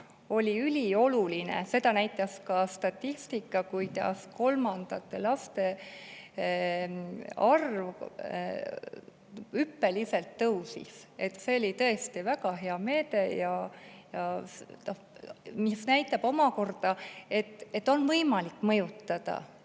oli ülioluline. Seda näitas ka statistika: kolmandate laste arv tõusis hüppeliselt. See oli tõesti väga hea meede, mis näitab omakorda, et on võimalik mõjutada.